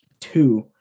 two